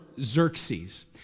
Xerxes